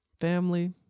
family